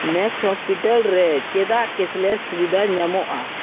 Max hospital ᱨᱮ ᱪᱮᱫᱟᱜ cashless ᱥᱩᱵᱤᱫᱟ ᱧᱟᱢᱚᱜᱼᱟ